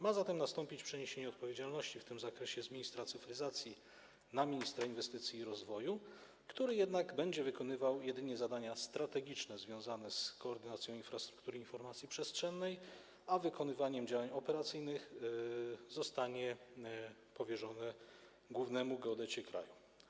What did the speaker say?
Ma zatem nastąpić przeniesienie odpowiedzialności w tym zakresie z ministra cyfryzacji na ministra inwestycji i rozwoju, który jednak będzie wykonywał jedynie zadania strategiczne związane z koordynacją infrastruktury informacji przestrzennej, a wykonywanie działań operacyjnych zostanie powierzone głównemu geodecie kraju.